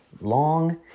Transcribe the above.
long